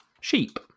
Sheep